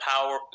power